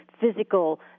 physical